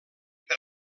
per